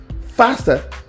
faster